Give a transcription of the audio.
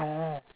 oh